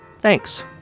Thanks